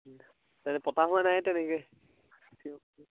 পতা হোৱা নাই তেনেকৈ